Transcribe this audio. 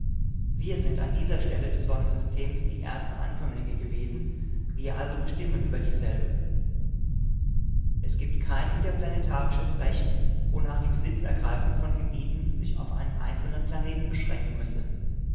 wir sind an dieser stelle des sonnensystems die ersten ankömmlinge gewesen wir also bestimmen über dieselbe es gibt kein interplanetarisches recht wonach die besitzergreifung von gebieten sich auf einen einzelnen planeten beschränken müsse